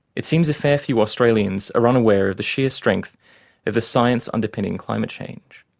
it seems a fair few australians are unaware of the sheer strength of the science underpinning climate change.